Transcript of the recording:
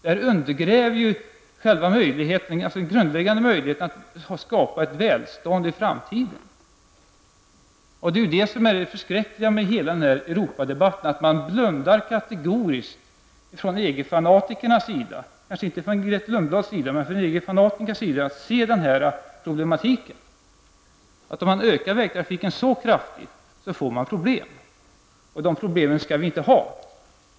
Detta undergräver den grundläggande möjligheten att skapa ett välstånd i framtiden. Och det är också det som är det förskräckliga med hela Europadebatten -- EG-fanatikerna blundar kategoriskt och vill inte se den här problematiken. Grethe Lundblad kanske inte blundar, men EG fanatikerna gör det. De vill inte se att om man ökar vägtrafiken så kraftigt, får man problem. Och de problemen skall vi inte ha.